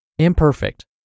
Imperfect